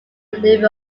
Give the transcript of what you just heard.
leaving